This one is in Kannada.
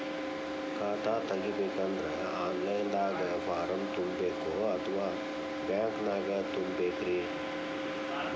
ಖಾತಾ ತೆಗಿಬೇಕಂದ್ರ ಆನ್ ಲೈನ್ ದಾಗ ಫಾರಂ ತುಂಬೇಕೊ ಅಥವಾ ಬ್ಯಾಂಕನ್ಯಾಗ ತುಂಬ ಬೇಕ್ರಿ?